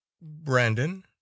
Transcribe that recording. Brandon